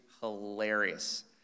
Hilarious